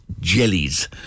jellies